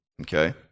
Okay